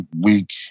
week